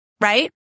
right